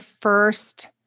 first